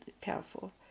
careful